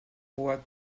voie